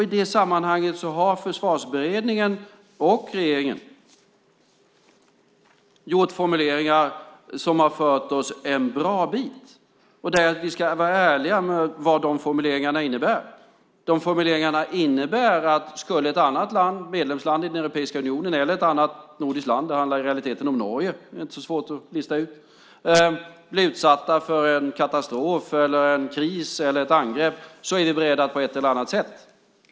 I det sammanhanget har Försvarsberedningen och regeringen gjort formuleringar som har fört oss en bra bit. Vi ska vara ärliga med vad de formuleringarna innebär. De formuleringarna innebär att om ett annat medlemsland i Europeiska unionen eller ett annat nordiskt land - det handlar i realiteten om Norge, det är inte så svårt att lista ut - skulle bli utsatt för en katastrof, en kris eller ett angrepp är vi beredda att agera på ett eller annat sätt.